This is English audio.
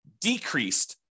decreased